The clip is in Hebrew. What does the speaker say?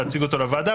להציג אותו לוועדה,